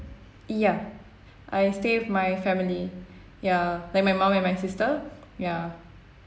ya I stay with my family ya like my mum and my sister ya